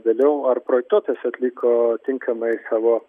vėliau ar projektuotojas atliko tinkamai savo